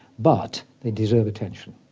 but they deserve attention.